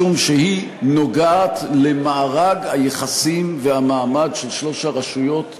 משום שהיא נוגעת למארג היחסים והמעמד של שלוש הרשויות כולן,